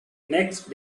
next